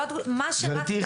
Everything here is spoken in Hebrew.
מה שרק תגידו וההצעה -- גברתי,